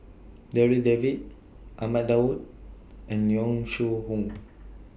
Darryl David Ahmad Daud and Yong Shu Hoong